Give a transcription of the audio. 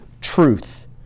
truth